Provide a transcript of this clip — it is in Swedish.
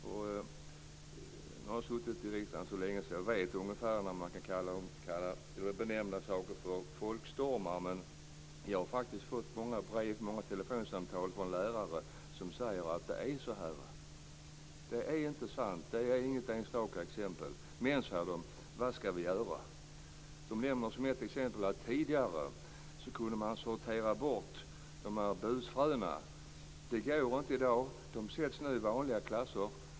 Nu har jag suttit så länge i riksdagen att jag ungefär vet när man kan använda benämningen folkstormar. Men jag har faktiskt fått många brev och många telefonsamtal från lärare som säger att det är så här. De säger: Det är sant att det inte är fråga om enstaka exempel. Vad skall vi göra? Som ett exempel nämner de att man tidigare kunde sortera bort busfröna. Det går inte i dag, för nu placeras de i vanliga klasser.